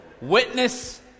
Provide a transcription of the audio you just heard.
witness